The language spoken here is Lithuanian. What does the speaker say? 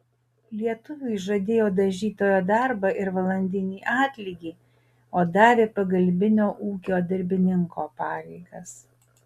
lietuviui žadėjo dažytojo darbą ir valandinį atlygį o davė pagalbinio ūkio darbininko pareigas